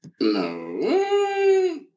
No